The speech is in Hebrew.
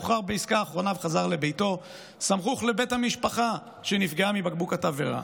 שוחרר בעסקה האחרונה וחזר לביתו סמוך לבית המשפחה שנפגעה מבקבוק התעברה.